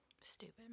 stupid